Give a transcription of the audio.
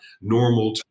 normal